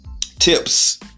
Tips